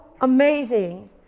amazing